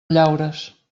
llaures